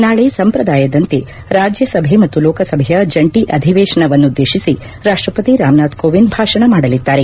ನಾಳೆ ಸಂಪ್ರದಾಯದಂತೆ ರಾಜ್ಯಸಭೆ ಮತ್ತು ಲೋಕಸಭೆಯ ಜಂಟಿ ಅಧಿವೇಶನವನ್ನುದ್ದೇಶಿಸಿ ರಾಷ್ಟ್ರಪತಿ ರಾಮನಾಥ್ ಕೋವಿಂದ್ ಭಾಷಣ ಮಾದಲಿದ್ದಾರೆ